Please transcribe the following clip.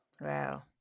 Wow